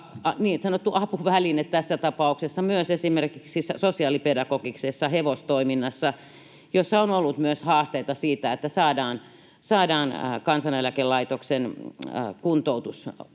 apuväline tässä tapauksessa myös esimerkiksi sosiaalipedagogisessa hevostoiminnassa, jossa on ollut myös haasteita siinä, että saadaan Kansaneläkelaitoksen